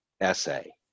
essay